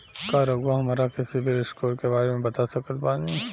का रउआ हमरा के सिबिल स्कोर के बारे में बता सकत बानी?